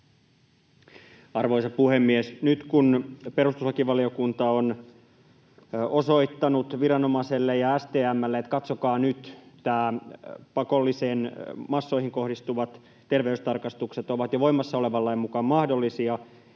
Arvoisa puhemies! Nyt kun perustuslakivaliokunta on osoittanut viranomaiselle ja STM:lle, että katsokaa nyt, nämä pakolliset massoihin kohdistuvat terveystarkastukset ovat jo voimassa olevan lain mukaan mahdollisia,